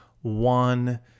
one